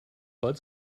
bud